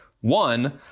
One